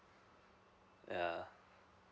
yeah